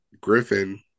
Griffin